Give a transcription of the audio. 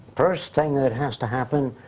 first thing that has to happen,